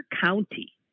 county